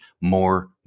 more